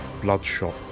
bloodshot